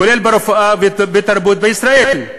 כולל רפואה ותרבות, בישראל.